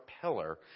pillar